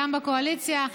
גם בקואליציה.